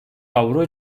avro